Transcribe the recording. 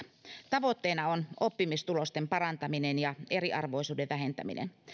tavoitteena on oppimistulosten parantaminen ja eriarvoisuuden vähentäminen